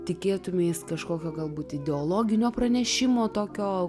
tikėtumeisi kažkokio galbūt ideologinio pranešimo tokio